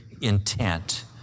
intent